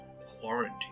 quarantine